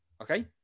Okay